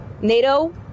NATO